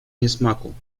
niesmaku